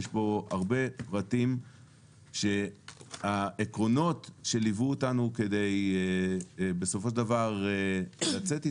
יש בו הרבה פרטים שהעקרונות שליוו אותנו כדי בסופו של דבר לצאת איתם,